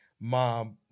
mom